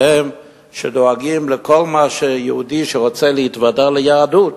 אלה הם שדואגים לכל מה שיהודי שרוצה להתוודע ליהדות,